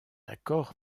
accord